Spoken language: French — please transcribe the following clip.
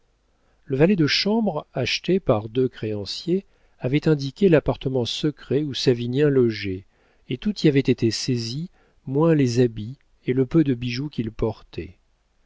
le valet de chambre acheté par deux créanciers avait indiqué l'appartement secret où savinien logeait et tout y avait été saisi moins les habits et le peu de bijoux qu'il portait